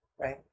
right